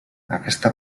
aquesta